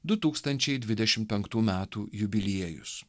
du tūkstančiai dvidešimt penktų metų jubiliejus